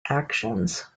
actions